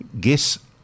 guess